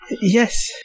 Yes